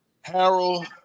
Harold